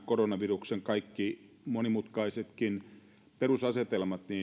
koronaviruksen kaikki monimutkaisetkin perusasetelmat